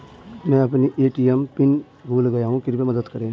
मैं अपना ATM PIN भूल गया हूँ कृपया मदद करें